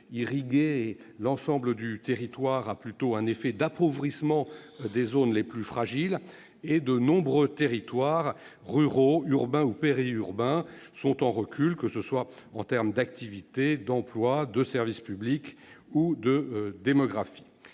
irriguer l'ensemble du territoire, a plutôt un effet d'appauvrissement des zones les plus fragiles ; de nombreux territoires, qu'ils soient ruraux, urbains ou périurbains, connaissent un recul, en termes d'activité, d'emploi, de services publics et de dynamisme